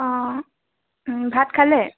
অঁ ভাত খালে